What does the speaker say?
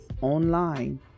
online